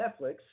Netflix